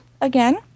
again